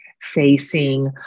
Facing